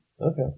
Okay